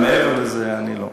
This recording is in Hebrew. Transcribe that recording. אבל מעבר לזה, אני לא.